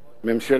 ממשלת ישראל,